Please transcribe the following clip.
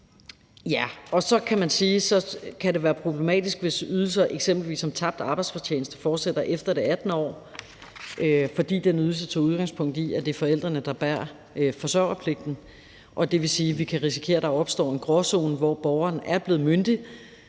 myndig. Så kan man sige, at det kan være problematisk, hvis ydelser for eksempelvis tabt arbejdsfortjeneste fortsætter efter det 18. år, fordi den ydelse tager udgangspunkt i, at det er forældrene, der bærer forsørgerpligten. Det vil sige, at vi kan risikere, at der opstår en gråzone, hvor borgeren er blevet myndig,